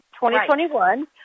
2021